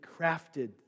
crafted